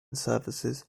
services